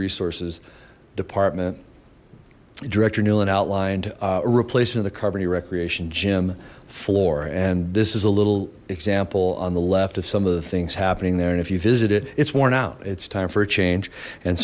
resources department director newland outlined a replacement of the carboni recreation gym floor and this is a little example on the left of some of the things happening there and if you visit it it's worn out it's time for a change and